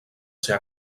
ser